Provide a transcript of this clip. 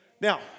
Now